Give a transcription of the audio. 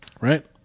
right